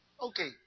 Okay